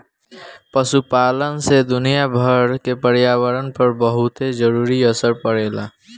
पशुपालन से दुनियाभर के पर्यावरण पर बहुते जरूरी असर पड़ेला